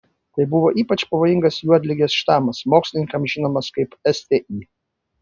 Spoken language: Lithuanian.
tai buvo ypač pavojingas juodligės štamas mokslininkams žinomas kaip sti